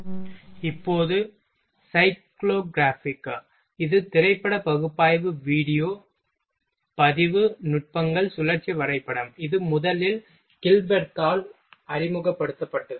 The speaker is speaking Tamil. இப்போது சைக்கிள் கிராஃப் இது திரைப்பட பகுப்பாய்வு வீடியோ பதிவு நுட்பங்கள் சுழற்சி வரைபடம் இது முதலில் கில்பெர்த்தால் அறிமுகப்படுத்தப்பட்டது